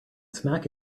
smack